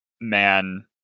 man